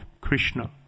Krishna